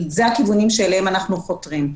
אלה הכיוונים שאליהם אנחנו חותרים.